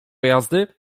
jazdy